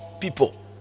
people